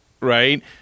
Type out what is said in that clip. Right